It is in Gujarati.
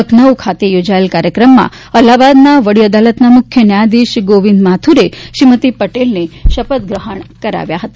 લખનૌ ખાતે યોજાયેલા કાર્યક્રમમાં અલ્હાબાદના વડીઅદાલતના મુખ્ય ન્યાયાધીશ ગોવિંદ માથુરે શ્રીમતિ પટેલને શપથ ગ્રહણ કરાવ્યા હતા